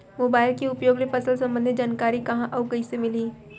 Mobile के उपयोग ले फसल सम्बन्धी जानकारी कहाँ अऊ कइसे मिलही?